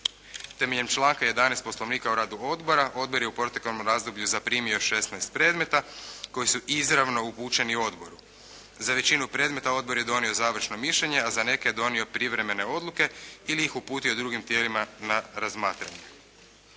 Temeljem članka 11. Poslovnika o radu odbora, odbor je u proteklom razdoblju zaprimio 16 predmeta koji su izravno upućeni odboru. Za većinu predmeta odbor je donio završno mišljenje, a za neke je donio privremene odluke ili ih uputio drugim tijelima na razmatranje.